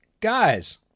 Guys